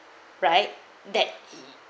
right that